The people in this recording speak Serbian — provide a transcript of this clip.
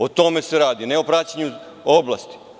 O tome se radi, ne o praćenju oblasti.